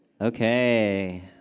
Okay